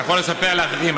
אתה יכול לספר לאחרים.